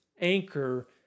anchor